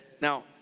Now